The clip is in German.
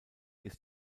ist